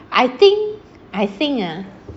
I think I think ah